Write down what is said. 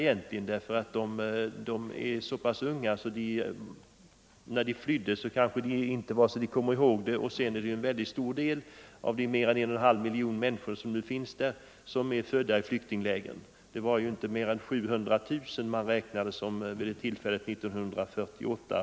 Många är så pass unga att de inte minns något av flykten och en mycket stor del av de 1,5 miljonerna palestinier är födda i flyktinglägren. Man räknade inte med att fler än 700 000 flydde år 1948.